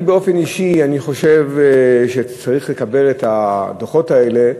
אני, באופן אישי, חושב שצריך לקבל את הדוחות האלה,